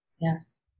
Yes